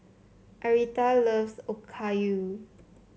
Arietta loves Okayu